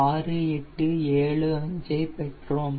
6875 ஐ பெற்றோம்